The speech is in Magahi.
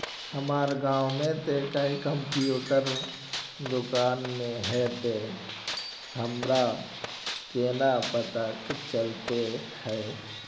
हमर गाँव में ते कोई कंप्यूटर दुकान ने है ते हमरा केना पता चलते है?